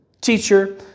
Teacher